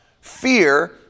Fear